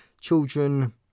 children